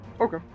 Okay